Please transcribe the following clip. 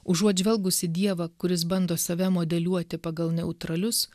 užuot žvelgus į dievą kuris bando save modeliuoti pagal neutralius